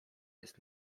jest